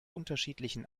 unterschiedlichen